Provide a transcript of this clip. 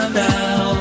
now